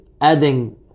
adding